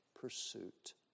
pursuit